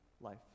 life